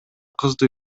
кызды